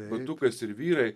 batukais ir vyrai